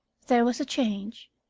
there was a change,